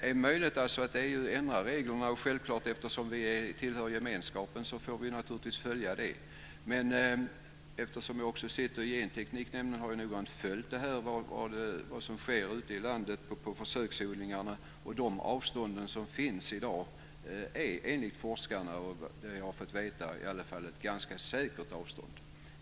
Fru talman! Det är möjligt att EU ändrar reglerna, och eftersom vi tillhör gemenskapen får vi naturligtvis följa det. Eftersom jag också sitter i Gentekniknämnden har jag noggrant följt vad som sker på försöksodlingarna ute i landet. De avstånd som finns i dag är såvitt jag har fått veta enligt forskarna ganska säkra avstånd.